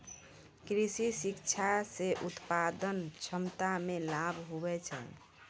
कृषि शिक्षा से उत्पादन क्षमता मे लाभ हुवै छै